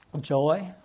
joy